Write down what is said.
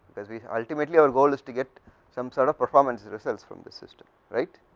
because we ultimately our goal is to get some set of performance results from this system right,